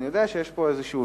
אני יודע שיש פה ויכוח,